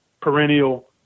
perennial –